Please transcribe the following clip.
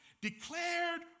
declared